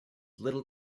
little